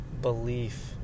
belief